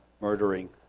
murdering